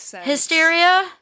hysteria